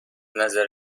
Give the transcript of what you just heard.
نظر